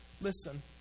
listen